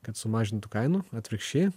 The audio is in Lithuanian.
kad sumažintų kainų atvirkščiai